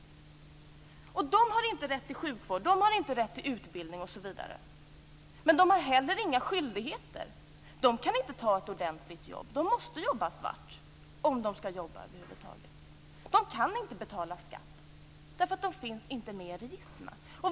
De har inte rätt till sjukvård, de har inte rätt till utbildning osv. Men de har heller inga skyldigheter. De kan inte ta ett ordentligt jobb. De måste jobba svart om de skall jobba över huvud taget. De kan inte betala skatt, därför att de inte finns med i registren.